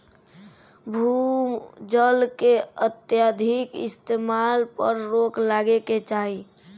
भू जल के अत्यधिक इस्तेमाल पर रोक लागे के चाही